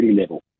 level